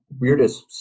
weirdest